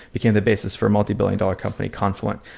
became the basis for a multibillion-dollar company, confluent.